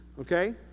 okay